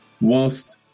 whilst